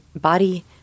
Body